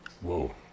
Whoa